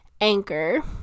Anchor